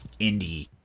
indie